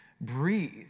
breathe